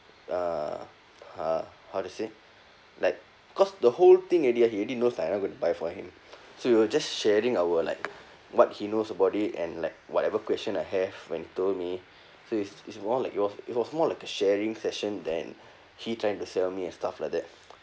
uh uh how to say like cause the whole thing already ah he already knows that I not gonna buy for him so we were just sharing our like what he knows about it and like whatever question I have when he told me so is more like it was it was more like a sharing session than he trying to sell me and stuff like that